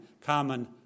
common